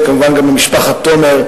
וכמובן גם למשפחת תומר,